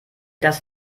das